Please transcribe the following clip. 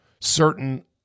certain